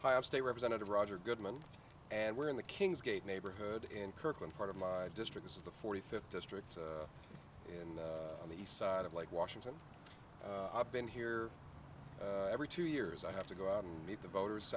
good state representative roger goodman and we're in the kings gate neighborhood in kirkland part of my district is the forty fifth district and on the east side of like washington i've been here every two years i have to go out and meet the voters